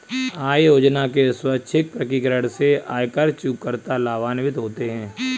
आय योजना के स्वैच्छिक प्रकटीकरण से आयकर चूककर्ता लाभान्वित होते हैं